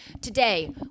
Today